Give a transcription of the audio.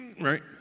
right